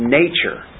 nature